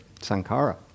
sankara